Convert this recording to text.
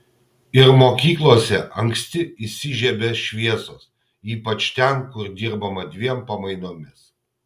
ir mokyklose anksti įsižiebia šviesos ypač ten kur dirbama dviem pamainomis